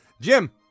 Jim